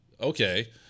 okay